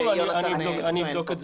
אני אבדוק את זה.